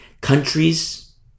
countries